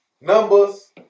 numbers